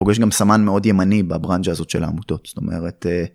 פוגש גם סמן מאוד ימני בבראנג'ה הזאת של העמודות זאת אומרת.